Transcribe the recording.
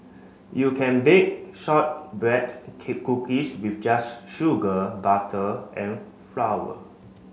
you can bake shortbread cookies with just sugar butter and flour